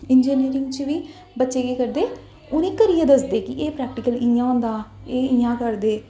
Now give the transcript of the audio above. engineering च बी बच्चे केह् करदे उ'नें गी करियै दस्सदे कि एह् प्रैक्टीकल इ'यां होंदा एह् इ'यां करदे